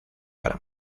para